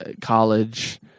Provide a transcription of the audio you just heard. college